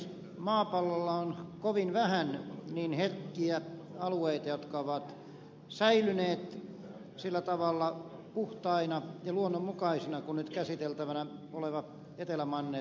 maapallolla on kovin vähän niin herkkiä alueita jotka ovat säilyneet sillä tavalla puhtaina ja luonnonmukaisina kuin nyt käsiteltävänä oleva etelämanner